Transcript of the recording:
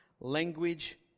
language